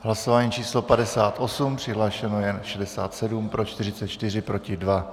Hlasování číslo 58, přihlášeno je 67, pro 44, proti 2.